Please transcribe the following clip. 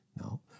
No